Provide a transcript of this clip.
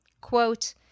Quote